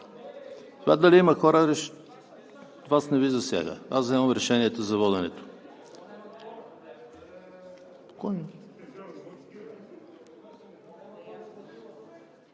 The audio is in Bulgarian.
Това дали има хора Вас не Ви засяга. Аз вземам решението за воденето.